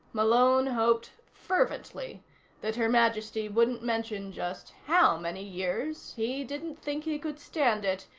malone hoped fervently that her majesty wouldn't mention just how many years. he didn't think he could stand it,